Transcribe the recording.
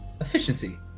efficiency